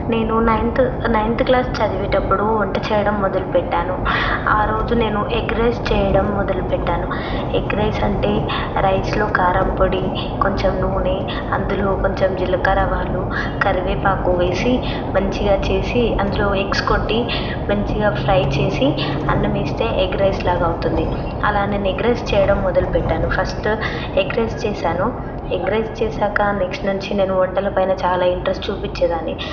నేను ninth ninth class చదివేటప్పుడు వంట చేయడం మొదలుపెట్టాను ఆరోజు నేను ఎగ్ రైస్ చేయడం మొదలుపెట్టాను ఎగ్ రైస్ అంటే రైస్లో కారంపొడి కొంచెం నూనె అందులో కొంచెం జీలకర్ర ఆవాలు కరివేపాకు వేసి మంచిగా చేసి అందులో ఎక్స్ కొట్టి మంచిగా ఫ్రై చేసి అన్నం వేస్తే ఎగ్ రైస్లాగా అవుతుంది అలా నేను ఎగ్ రైస్ చేయడం మొదలు పెట్టాను ఫస్ట్ ఎగ్ రైస్ చేశాను ఎగ్ రైస్ చేశాక నెక్స్ట్ నుంచి నేను వంటలపై చాలా ఇంట్రెస్ట్ చూయించేదాన్ని